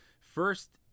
first